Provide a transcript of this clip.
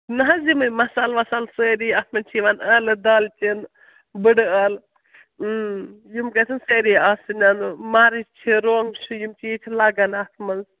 نہ حظ یِمَے مصالہٕ وصالہٕ سٲری اَتھ منٛز چھِ یِوان ٲلہٕ دالچیٖن بٕڈٕ ٲلہٕ یِم گژھن سٲری آسٕن مَرٕژ چھِ روٚنٛگ چھِ یِم چیٖز چھِ لَگَان اَتھ منٛز